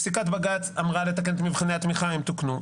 פסיקת בג"ץ אמרה לתקן את מבחני התמיכה - הם תוקנו,